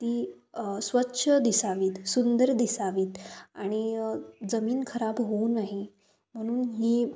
ती स्वच्छ दिसावीत सुंदर दिसावीत आणि जमीन खराब होऊ नाही म्हणून ही